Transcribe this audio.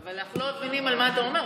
אבל אנחנו לא מבינים על מה אתה מדבר,